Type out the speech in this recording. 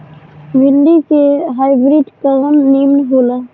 भिन्डी के हाइब्रिड कवन नीमन हो ला?